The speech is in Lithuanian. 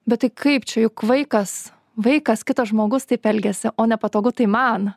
bet tai kaip čia juk vaikas vaikas kitas žmogus taip elgiasi o nepatogu tai man